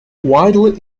widely